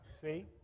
See